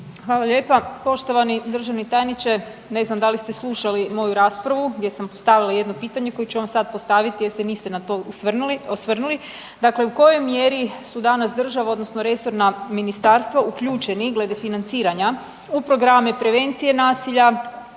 Hvala lijepa. Poštovani državni tajniče, ne znam da li ste slušali moju raspravu gdje sam postavila jedno pitanje koje ću vam sad postaviti jer se niste na to osvrnuli. Dakle, u kojoj mjeri su danas država odnosno resorna ministarstva uključeni glede financiranja u programe prevencije nasilja,